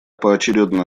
поочередно